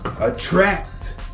attract